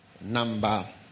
number